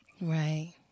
right